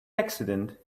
accident